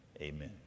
amen